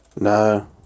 No